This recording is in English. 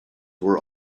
were